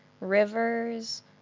rivers